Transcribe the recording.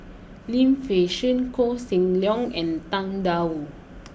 Lim Fei Shen Koh Seng Leong and Tang Da Wu